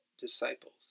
disciples